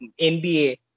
NBA